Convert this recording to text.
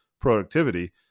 productivity